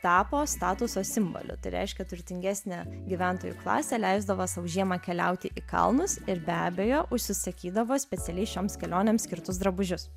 tapo statuso simboliu tai reiškia turtingesnė gyventojų klasė leisdavo sau žiemą keliauti į kalnus ir be abejo užsisakydavo specialiai šioms kelionėms skirtus drabužius